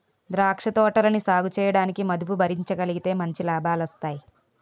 ద్రాక్ష తోటలని సాగుచేయడానికి మదుపు భరించగలిగితే మంచి లాభాలొస్తాయి